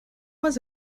was